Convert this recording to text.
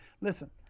listen